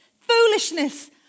Foolishness